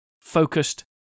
focused